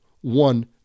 one